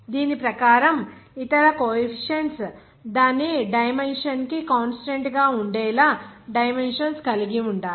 దీని ప్రకారం ఇతర కోఎఫిషియెంట్స్ దాని డైమెన్షన్ కి కాన్స్టాంట్ గా ఉండేలా డైమెన్షన్స్ కలిగి ఉండాలి